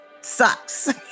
sucks